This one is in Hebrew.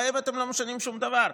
להם אתם לא משנים שום דבר.